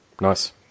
nice